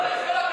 עם כל הכבוד,